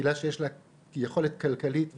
קהילה שיש לה יכולת כלכלית וכספית,